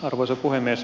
arvoisa puhemies